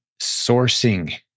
Sourcing